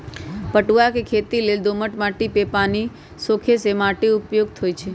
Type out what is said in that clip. पटूआ के खेती लेल दोमट माटि जे पानि सोखे से माटि उपयुक्त होइ छइ